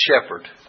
shepherd